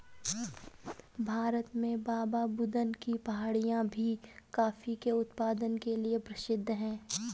भारत में बाबाबुदन की पहाड़ियां भी कॉफी के उत्पादन के लिए प्रसिद्ध है